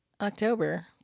October